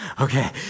Okay